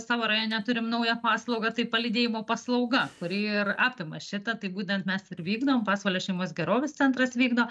savo rajone turim naują paslaugą tai palydėjimo paslauga kuri ir apima šitą tai būtent mes ir vykdom pasvalio šeimos gerovės centras vykdo